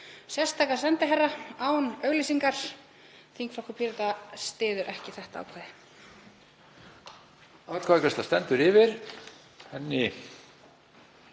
sérstaka sendiherra án auglýsingar. Þingflokkur Pírata styður ekki þetta ákvæði.